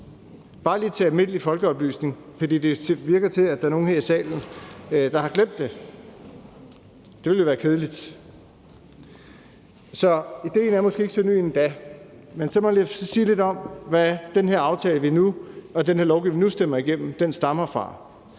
bare lige til almindelig folkeoplysning, for det virker til, at der er nogle her i salen, der har glemt det, og det ville jo være kedeligt. Så idéen er måske ikke så ny endda. Men så vil jeg så sige lidt om, hvor den her aftale, vi nu stemmer igennem, stammer fra. Den stammer fra